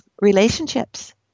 relationships